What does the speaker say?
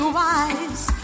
wise